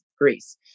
Greece